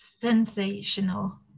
sensational